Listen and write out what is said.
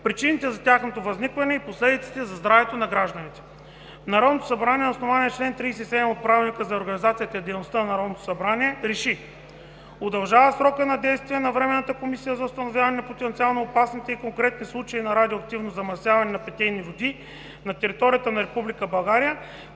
причините за тяхното възникване и последиците за здравето на гражданите Народното събрание на основание чл. 37 от Правилника за организацията и дейността на Народното Събрание РЕШИ: Удължава срока на действие на Временната комисия за установяване на потенциално опасните и конкретни случаи на радиоактивно замърсяване на питейни води на територията на Република